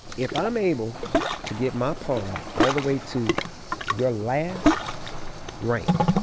if i'm able to get my pawn all the way to your last rank,